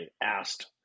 asked